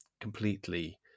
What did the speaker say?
completely